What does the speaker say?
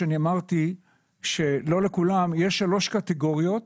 יש שלוש קטיגוריות